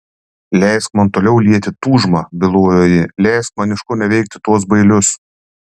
leisk man toliau lieti tūžmą bylojo ji leisk man iškoneveikti tuos bailius